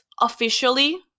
officially